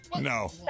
No